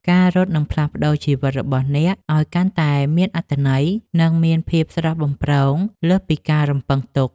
ការរត់នឹងផ្លាស់ប្តូរជីវិតរបស់អ្នកឱ្យកាន់តែមានអត្ថន័យ និងមានភាពស្រស់បំព្រងលើសពីការរំពឹងទុក។